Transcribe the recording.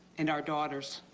and our daughters.